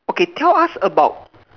okay tell us about